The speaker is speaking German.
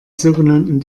sogenannten